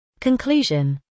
conclusion